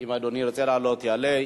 אם אדוני ירצה לעלות, יעלה.